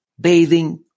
bathing